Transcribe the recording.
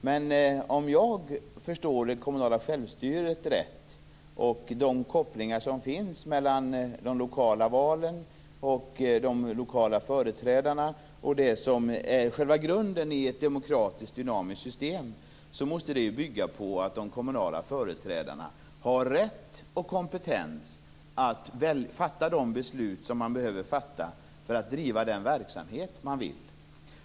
Men om jag förstår det kommunala självstyret rätt och de kopplingar som finns mellan de lokala valen, de lokala företrädarna och det som är själva grunden i ett demokratiskt, dynamiskt system, måste det bygga på att de kommunala företrädarna har rätten och kompetensen att fatta de beslut som behövs för att man skall kunna driva den verksamhet man vill.